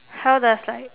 how does like